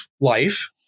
life